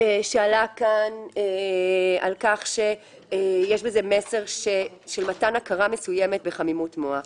שעלה כאן על כך שיש בזה מסר של מתן הכרה מסוימת בחמימות מח.